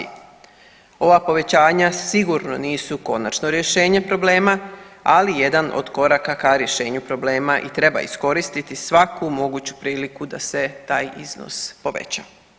Ova povećanja sigurno nisu konačno rješenje problema, ali jedan od koraka ka rješenju problema i treba iskoristiti svaku moguću priliku da se taj iznos poveća.